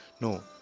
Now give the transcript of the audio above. No